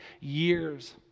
years